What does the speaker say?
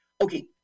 Okay